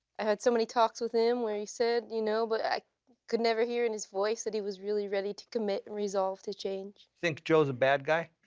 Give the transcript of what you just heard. i had so many talks with him where he said, you know but i could never hear in his voice that he was really ready to commit and resolve to change. think joe's a bad guy?